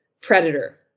predator